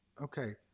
Okay